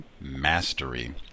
Mastery